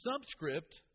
subscript